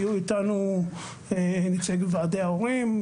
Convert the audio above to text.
היו איתנו ועדי ההורים,